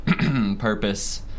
purpose